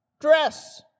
Dress